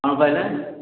କ'ଣ କହିଲେ